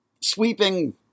sweeping